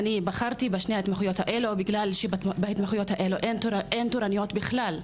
אני בחרתי בשני ההתמחויות האלה בגלל שבהתמחויות האלה אין תורנויות בכלל,